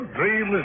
dream